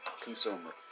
consumer